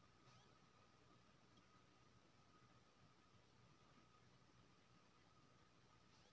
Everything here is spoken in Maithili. अठारह सँ पचास सालक बेकती प्रधानमंत्री जीबन ज्योती बीमा योजना कीन सकै छै